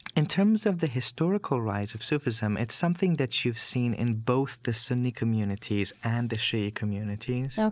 in terms of the historical rise of sufism, it's something that you've seen in both the sunni communities and the shia communities. so